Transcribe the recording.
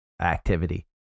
activity